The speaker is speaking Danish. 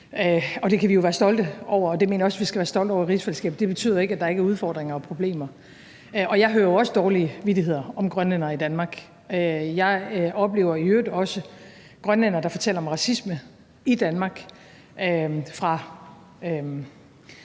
det kan vi jo være stolte af, og det mener jeg også vi skal være stolte af i rigsfællesskabet. Men det betyder ikke, at der ikke er udfordringer og problemer. Og jeg hører jo også dårlige vittigheder om grønlændere i Danmark. Jeg oplever i øvrigt også grønlændere, der fortæller om racisme i Danmark fra